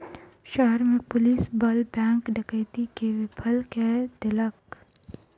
शहर में पुलिस बल बैंक डकैती के विफल कय देलक